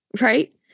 right